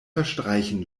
verstreichen